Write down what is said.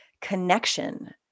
connection